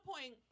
point